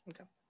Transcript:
Okay